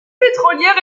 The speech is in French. pétrolière